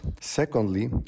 Secondly